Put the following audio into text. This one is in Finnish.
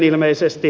ilmeisesti